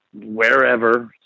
wherever